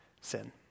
Sin